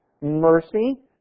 mercy